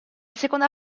seconda